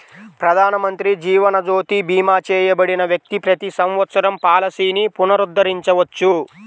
ప్రధానమంత్రి జీవన్ జ్యోతి భీమా చేయబడిన వ్యక్తి ప్రతి సంవత్సరం పాలసీని పునరుద్ధరించవచ్చు